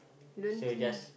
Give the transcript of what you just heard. you don't think